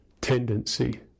tendency